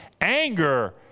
anger